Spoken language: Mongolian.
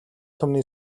түмний